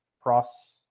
cross